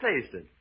tasted